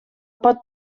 pot